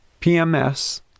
PMS